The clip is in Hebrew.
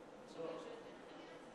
הכנסת.